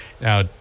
now